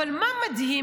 אבל מה מדהים?